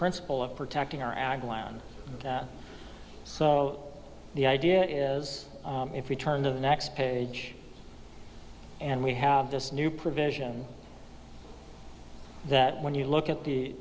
principle of protecting our ag land so the idea is if we turn to the next page and we have this new provision that when you look at the